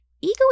Ego